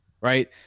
Right